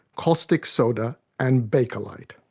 caustic soda and bakelite.